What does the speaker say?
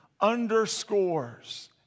underscores